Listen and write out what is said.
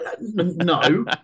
No